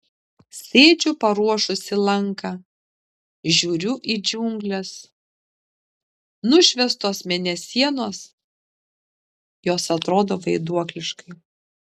sėdžiu paruošusi lanką žiūriu į džiungles nušviestos mėnesienos jos atrodo vaiduokliškai